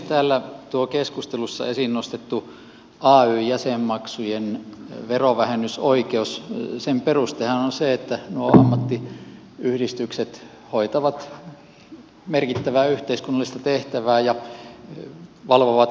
täällä tuon keskustelussa esiin nostetun ay jäsenmaksujen verovähennysoikeuden perustehan on se että nuo ammattiyhdistykset hoitavat merkittävää yhteiskunnallista tehtävää ja valvovat jäsentensä etuja